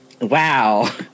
Wow